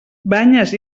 banyes